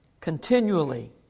Continually